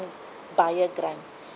buyer grant